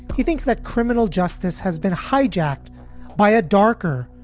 he thinks that criminal justice has been hijacked by a darker,